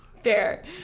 fair